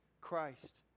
Christ